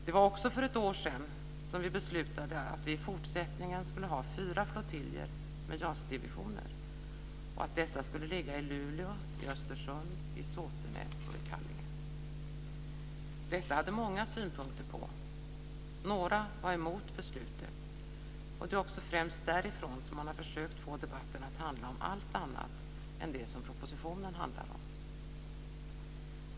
Det var också för ett år sedan som vi beslutade att vi i fortsättningen skulle ha fyra flottiljer med JAS divisioner och att dessa skulle ligga i Luleå, Östersund, Såtenäs och Kallinge. Detta hade många synpunkter på. Några var emot beslutet. De är också främst därifrån som man har försökt få debatten att handla om allt annat än det som propositionen handlar om.